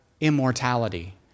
immortality